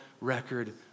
record